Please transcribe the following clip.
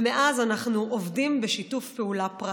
ומאז אנחנו עובדים בשיתוף פעולה פרקטי.